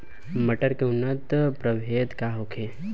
मटर के उन्नत प्रभेद का होखे?